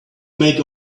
make